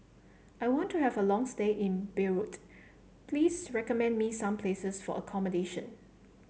I want to have a long stay in Beirut please recommend me some places for accommodation